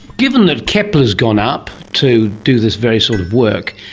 given that kepler has gone up to do this very sort of work,